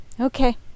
Okay